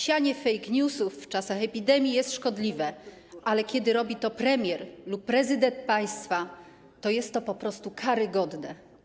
Sianie fake newsów w czasach epidemii jest szkodliwe, ale kiedy robi to premier lub prezydent państwa, jest to po prostu karygodne.